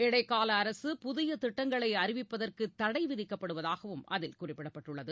இடைக்கால அரசு புதிய திட்டங்களை அறிவிப்பதற்கு தடை விதிக்கப்படுவதாகவும் அதில் குறிப்பிடப்பட்டுள்ளது